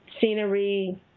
scenery